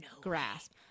grasp